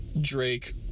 Drake